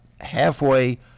halfway